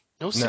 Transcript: No